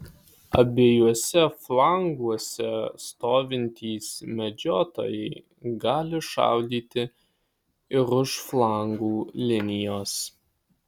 abiejuose flanguose stovintys medžiotojai gali šaudyti ir už flangų linijos